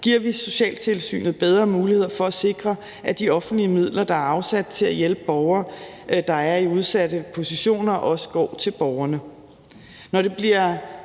giver vi socialtilsynet bedre muligheder for at sikre, at de offentlige midler, der er afsat til at hjælpe borgere, der er i udsatte positioner, også går til de borgere.